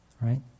right